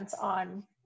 on